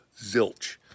zilch